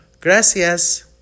Gracias